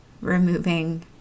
removing